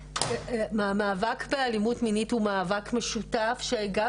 מהמאבק באלימות מינית הוא מאבק משותף שגם